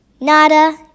Nada